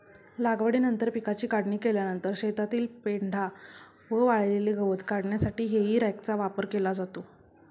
लागवडीनंतर पिकाची काढणी केल्यानंतर शेतातील पेंढा व वाळलेले गवत काढण्यासाठी हेई रॅकचा वापर केला जातो